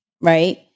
right